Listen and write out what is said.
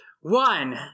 One